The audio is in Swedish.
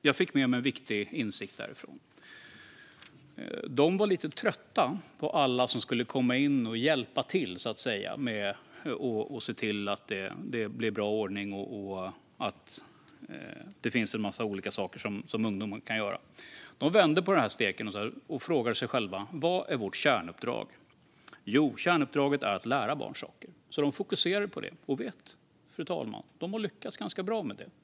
Jag fick med mig en viktig insikt därifrån. De var lite trötta på alla som skulle komma in och hjälpa till, så att säga, med att se till att det blev bra ordning och att det fanns en massa olika saker som ungdomen kunde göra. De vände på steken och frågade sig själva vad som är deras kärnuppdrag. Kärnuppdraget är att lära barn saker. De fokuserade på det, fru talman, och de har lyckats ganska bra med det.